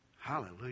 Hallelujah